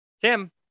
Tim